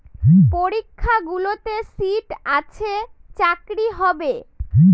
পরীক্ষাগুলোতে সিট আছে চাকরি হবে